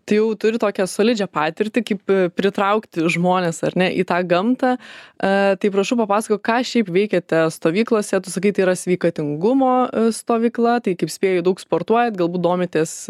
tai jau turiu tokią solidžią patirtį kaip pritraukti žmones ar ne į tą gamtą tai prašau papasakok ką šiaip veikiate stovyklose tu sakai tai yra sveikatingumo stovykla tai kaip spėju daug sportuojat galbūt domitės